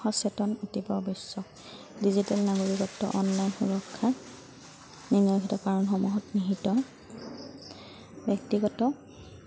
সচেতন অতি প অৱশ্যক ডিজিটেল নাগৰিগত্ব অনলাইন সুৰক্ষা নিম্নলিখিত কাৰণসমূহত নিহিত ব্যক্তিগত